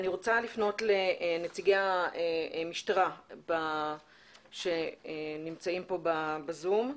אני רוצה לפנות לנציגי המשטרה שנמצאים פה בזום.